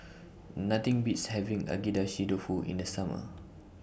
Nothing Beats having Agedashi Dofu in The Summer